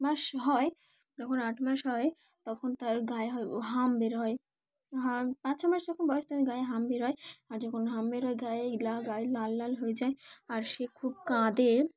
মাস হয় যখন আট মাস হয় তখন তার গায়ে হয় হাম বের হয় হ পাঁচ ছ মাস যখন বয়সে তার গায়ে হাম বের হয় আর যখন হাম বের হয় গায়ে গায়ে লাল লাল হয়ে যায় আর সে খুব কাঁদে